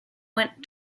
went